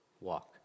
walk